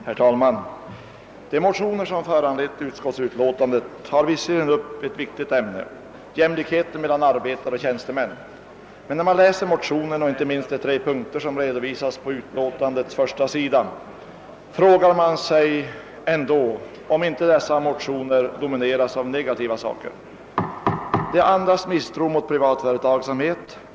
Herr talman! De motioner som föranlett utskottsutlåtandet tar visserligen upp ett viktigt ämne — jämlikheten mellan arbetare och tjänstemän — men när man läser motionen och inte minst de tre punkter som redovisas på utlåtandets första sida frågar man sig om dessa motioner ändå inte domineras av negativa saker. De andas misstro mot privat företagsamhet.